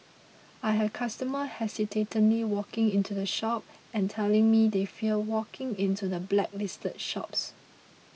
I have customer hesitantly walking into the shop and telling me they fear walking into the blacklisted shops